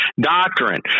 doctrine